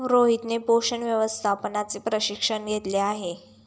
रोहितने पोषण व्यवस्थापनाचे प्रशिक्षण घेतले आहे